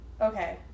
Okay